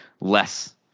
less